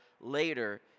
later